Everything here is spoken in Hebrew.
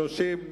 30,